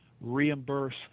reimburse